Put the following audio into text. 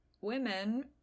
women